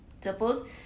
Suppose